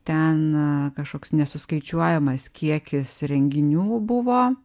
ten kažkoks nesuskaičiuojamas kiekis renginių buvo